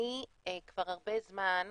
כבר הרבה זמן,